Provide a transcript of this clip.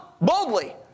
Boldly